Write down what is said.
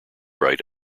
write